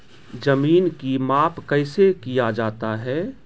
जमीन की माप कैसे किया जाता हैं?